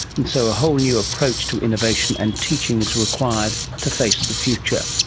and so a whole new approach to innovation and teaching is required to face the future.